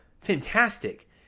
fantastic